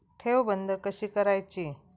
ठेव बंद कशी करायची?